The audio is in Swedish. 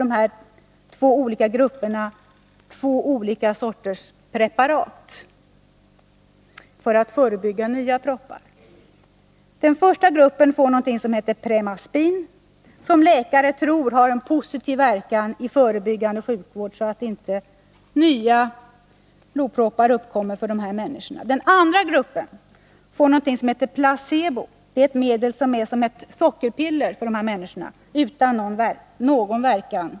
Dessa båda grupper får två olika sorters preparat. Den första gruppen får ett preparat som heter Premaspin, vilket läkare tror har en positiv verkan för att förebygga nya blodproppar. Den andra gruppen får något som heter placebo, dvs. sockerpiller, utan någon verkan.